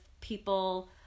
people